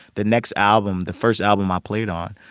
the next album the first album i played on,